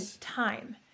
time